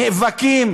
נאבקים